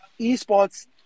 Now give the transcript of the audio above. esports